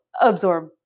absorb